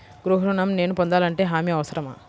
గృహ ఋణం నేను పొందాలంటే హామీ అవసరమా?